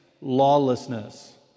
lawlessness